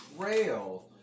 trail